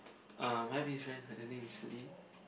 um I have this friend her name is Celine